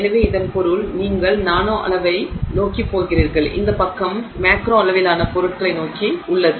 எனவே இதன் பொருள் நீங்கள் நானோ அளவை நோக்கிப் போகிறீர்கள் இந்த பக்கம் மேக்ரோ அளவிலான பொருட்களை நோக்கி உள்ளது